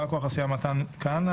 בא כוח הסיעה: מתן כהנא.